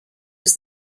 was